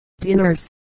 dinners